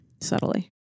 subtly